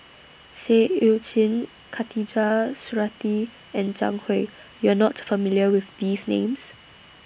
Seah EU Chin Khatijah Surattee and Zhang Hui YOU Are not familiar with These Names